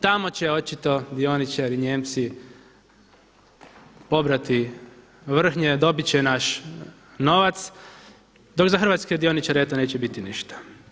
Tamo će očito dioničari Nijemci pobrati vrhnje, dobit će naš novac dok za hrvatske dioničare neće biti ništa.